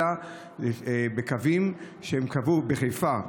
אלא בקווים שהם קבעו בחיפה,